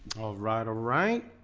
alright, alright,